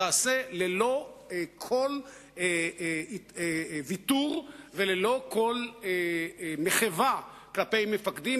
שתיעשה ללא כל ויתור וללא כל מחווה כלפי מפקדים,